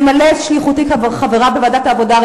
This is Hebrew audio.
למלא את שליחותי כחברה בוועדת העבודה,